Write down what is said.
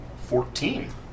Fourteen